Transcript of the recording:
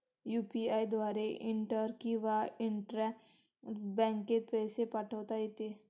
UPI द्वारे inter किंवा intra बँकेत पैसे पाठवता येते